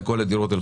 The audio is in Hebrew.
הלוואי.